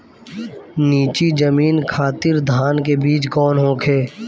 नीची जमीन खातिर धान के बीज कौन होखे?